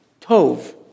tov